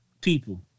people